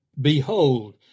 Behold